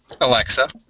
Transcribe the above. Alexa